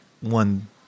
one